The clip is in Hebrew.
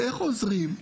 איך עוזרים|?